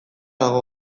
dago